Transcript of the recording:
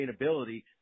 sustainability